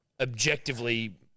objectively